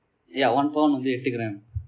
ya one pound வந்து எட்டு:vanthu ettu gram